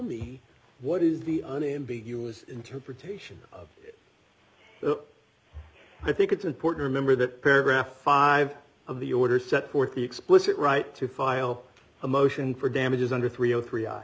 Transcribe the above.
me what is the unambiguous interpretation of it so i think it's important to remember that paragraph five of the order set forth the explicit right to file a motion for damages under three o three i